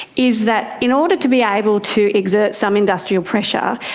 is that in order to be able to exert some industrial pressure,